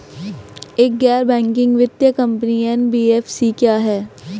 एक गैर बैंकिंग वित्तीय कंपनी एन.बी.एफ.सी क्या है?